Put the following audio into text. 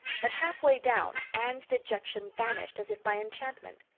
but halfway down anne's dejection vanished as if by enchantment.